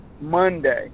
Monday